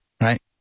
right